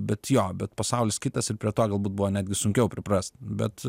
bet jo bet pasaulis kitas ir prie to galbūt buvo netgi sunkiau priprast bet